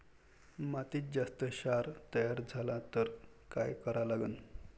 मातीत जास्त क्षार तयार झाला तर काय करा लागन?